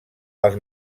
els